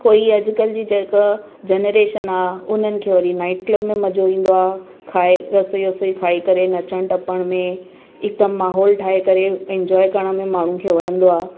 कोई अॼुकल्ह जी जेका जनरेशन आहे उन्हनि खे वरी नाइट क्लब में मज़ो ईंदो आहे खाए रसोई वसोई खाई करे नचणु टपणु में हिकदमि माहोल ठाहे करे इंजॉय करण में माण्हुनि खे वणंदो आहे